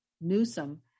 Newsom